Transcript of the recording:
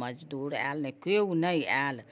मजदूर आएल नहि केओ नहि आयल